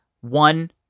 One